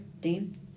Dean